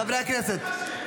חברי הכנסת.